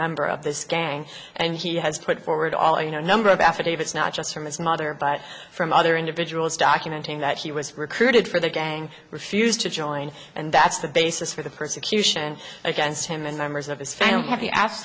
member of this gang and he has put forward all you know number of affidavits not just from his mother but from other individuals documenting that he was recruited for the gang refused to join and that's the basis for the persecution against him and members of his family have he ask